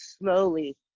slowly